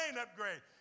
upgrade